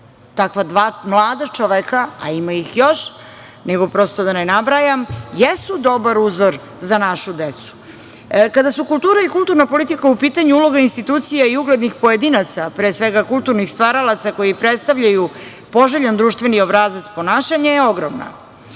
takva dva mlada čoveka, a ima ih još, nego prosto da ne nabrajam, jesu dobar uzor za našu decu. Kada su kultura i kulturna politika u pitanju, uloga institucija i uglednih pojedinaca, pre svega, kulturnih stvaralaca koji predstavljaju poželjan društveni obrazac je ogromna.